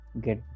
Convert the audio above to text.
get